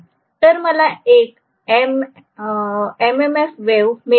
तर मला एक एम एस एफ वेव्ह मिळते